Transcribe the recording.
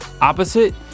Opposite